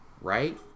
right